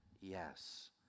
Yes